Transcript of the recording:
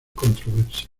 controversia